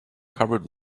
covered